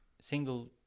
single